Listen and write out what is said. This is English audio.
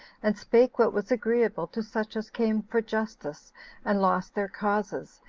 and spake what was agreeable to such as came for justice and lost their causes,